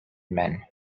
men